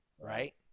right